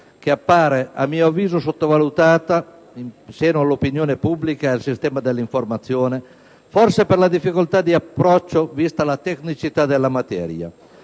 che appare, a mio avviso, sottovalutata in seno all'opinione pubblica e al sistema dell'informazione, forse per la difficoltà di approccio vista la tecnicità della materia.